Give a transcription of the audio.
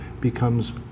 becomes